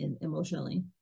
emotionally